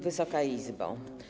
Wysoka Izbo!